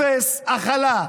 אפס הכלה.